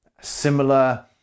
similar